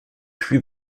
plus